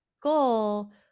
goal